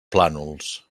plànols